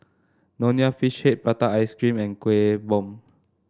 Nonya Fish Head Prata Ice Cream and Kueh Bom